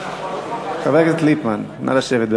חבר הכנסת ליפמן, נא לשבת.